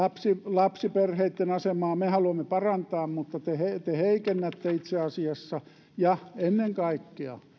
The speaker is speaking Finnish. lapsiperheitten asemaa me haluamme parantaa mutta te heikennätte itse asiassa ja ennen kaikkea